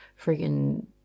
freaking